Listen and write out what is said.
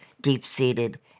deep-seated